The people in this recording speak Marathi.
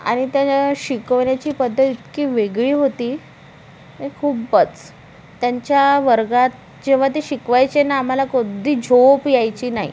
आणि त्या या शिकवण्याची पद्धत इतकी वेगळी होती ए खूपच त्यांच्या वर्गात जेव्हा ते शिकवायचे ना आमाला कधी झोप यायची नाही